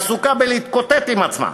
עסוקה בלהתקוטט עם עצמה.